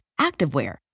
activewear